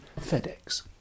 FedEx